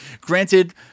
granted